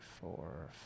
four